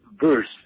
verse